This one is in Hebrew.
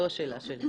זו השאלה שלי.